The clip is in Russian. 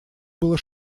было